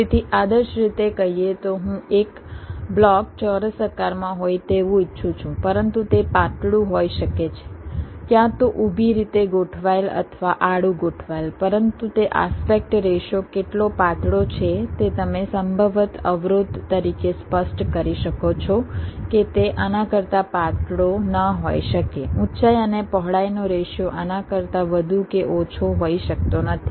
તેથી આદર્શ રીતે કહીએ તો હું એક બ્લોક ચોરસ આકારમાં હોય તેવું ઇચ્છું છું પરંતુ તે પાતળું હોઈ શકે છે ક્યાં તો ઊભી રીતે ગોઠવાયેલ અથવા આડું ગોઠવાયેલ પરંતુ તે આસ્પેક્ટ રેશિયો કેટલો પાતળો છે તે તમે સંભવતઃ અવરોધ તરીકે સ્પષ્ટ કરી શકો છો કે તે આના કરતા પાતળો ન હોઈ શકે ઊંચાઈ અને પહોળાઈનો રેશિયો આના કરતાં વધુ કે ઓછો હોઈ શકતો નથી